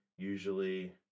usually